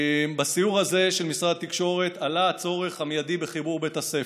בסיור הזה של משרד התקשורת עלה הצורך המיידי בחיבור בית הספר,